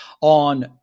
on